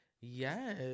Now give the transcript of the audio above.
Yes